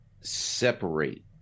separate